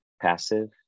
passive